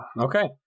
Okay